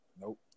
Nope